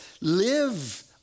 live